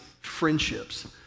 friendships